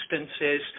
instances